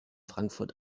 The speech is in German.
frankfurt